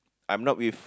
I'm not with